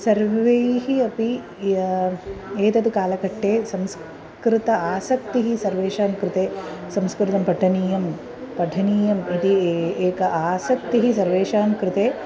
सर्वैः अपि या एतद् कालकट्टे संस्कृत आसक्तिः सर्वेषां कृते संस्कृतं पठनीयं पठनीयम् इति एका आसक्तिः सर्वेषां कृते